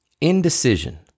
Indecision